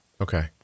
Okay